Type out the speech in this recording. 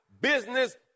business